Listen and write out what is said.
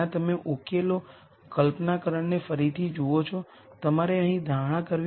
હવે ચાલો આપણે છેલ્લી વસ્તુ કરીએ જેની આપણે ચર્ચા કરી